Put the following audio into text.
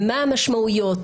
מה המשמעויות,